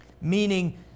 Meaning